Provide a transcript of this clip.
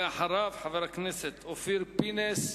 ואחריו, חבר הכנסת אופיר פינס.